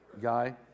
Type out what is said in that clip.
guy